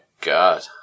God